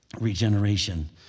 regeneration